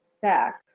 sex